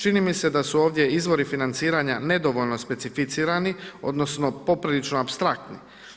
Čini mi se da su ovdje izvori financiranja nedovoljno specificirani, odnosno poprilično apstraktni.